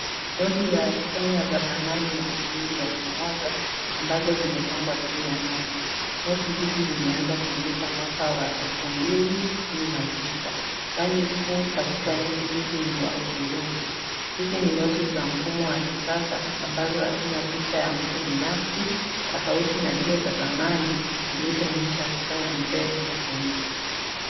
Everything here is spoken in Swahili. Noti za Kenya za dhamani ya shilingi elfu moja ambazo zimepangwa juu ya meza. Noti hizi zilianza kutumika mwaka wa elfu mbili kumi na tisa. Rangi kuu katika noti hizi ni wa hudhurungi. Hizi ni noti za mfumo wa kisasa ambazo hazina picha ya mtu binafsi, tofauti na zile za zamani zilizoonyesha sura ya mzee Jomo Kenyatta.